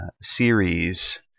series